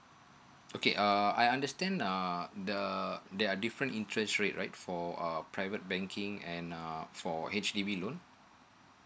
okay uh I understand uh the uh there are different interest rate right for a private banking and uh four H_D_B loan